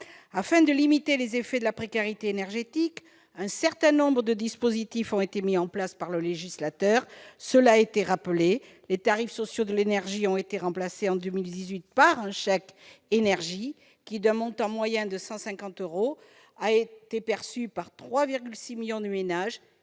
Afin de limiter les effets de la précarité énergétique, un certain nombre de dispositifs ont été mis en place par le législateur. Les tarifs sociaux de l'énergie ont été remplacés en 2018 par un chèque énergie d'un montant moyen de 150 euros. Il a été perçu par 3,6 millions de ménages.